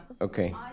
okay